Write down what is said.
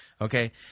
Okay